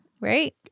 right